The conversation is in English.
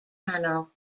tunnel